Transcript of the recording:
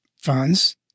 funds